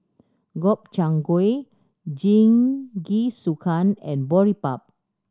Gobchang Gui Jingisukan and Boribap